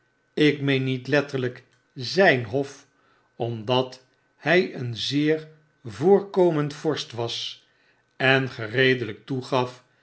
ik meen niet letterlp egn hof omdat hy een zeer voorkomend vorst was en gereedelp toegaf